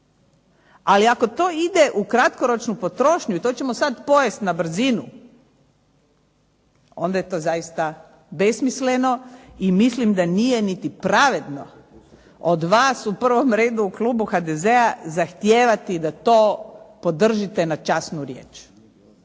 Ali ako to ide u kratkoročnu potrošnju i to ćemo sada pojesti na brzinu. Onda ne to zaista besmisleno i mislim da nije niti pravedno od vas u prvom redu u klubu HDZ-a zahtijevati da to podržite na časnu riječ.